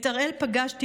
את הראל פגשתי